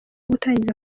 gutangiza